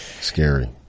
Scary